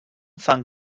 fan